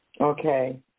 Okay